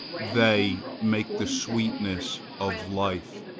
they make the sweetness of life.